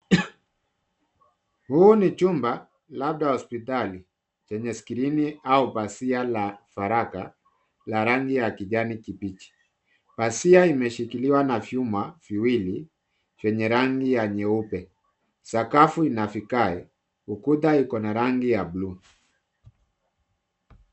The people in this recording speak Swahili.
Huu ni jumba labda hospitali chenye skrini au pazia la faragha la rangi ya kinani kibichi. Pazia imeshikiliwa na vyuma viwili yenye rangi ya nyeupe. Sakafu ina vigae .Ukuta iko na rangi ya buluu.